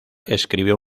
escribió